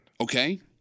okay